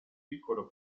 piccolo